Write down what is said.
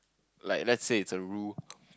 like let's say it's a rule